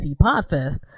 Podfest